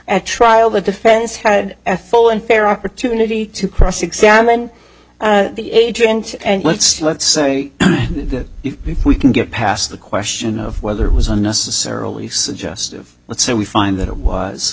at trial the defense had ethel and fair opportunity to cross examine the agent and let's let's say that if we can get past the question of whether it was unnecessarily suggestive let's say we find that it was